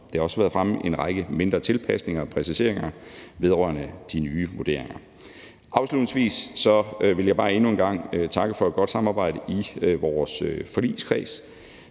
det også har været fremme, en række mindre tilpasninger og præciseringer vedrørende de nye vurderinger. Afslutningsvis vil jeg bare endnu en gang takke for et godt samarbejde i vores forligskreds.